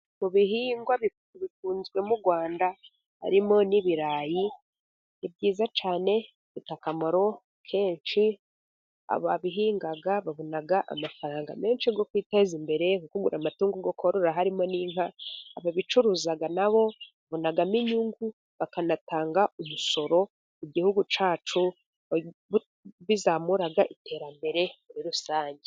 Mu bihingwa bikunzwe mu Rwanda harimo n'ibirayi, ni byiza cyane bifite akamaro kenshi, ababihinga babona amafaranga menshi yo kwiteza imbere, nko kugura amatungo yo korora harimo n'inka, ababicuruza nabo ba bonamo inyungu bakanatanga umusoro ku gihugu cyacu, bizamura iterambere muri rusange.